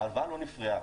ההלוואה לא נפרעה,